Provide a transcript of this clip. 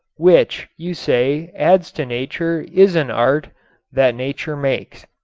which, you say, adds to nature, is an art that nature makes.